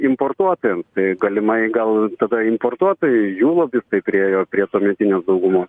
importuotojam galimai gal tada importuotojai jų lobistai priėjo prie tuometinės daugumos